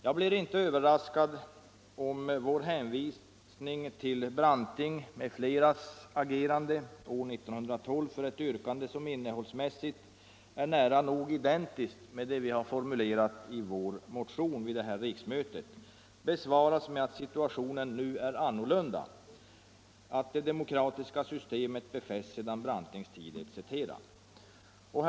Jag blir inte överraskad om vår hänvisning till Brantings och andras agerande år 1912 för ett yrkande, som innehållsmässigt är nära nog identiskt med det vi formulerat i vår motion vid detta riksmöte, besvaras med att situationen nu är annorlunda, att det demokratiska systemet befästs sedan Brantings tid etc.